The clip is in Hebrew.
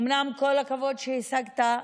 אומנם כל הכבוד שהשגת,